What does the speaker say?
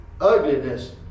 ugliness